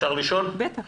בטח.